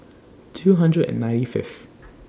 two hundred and ninety Fifth